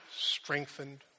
strengthened